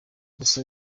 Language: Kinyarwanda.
gusa